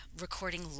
recording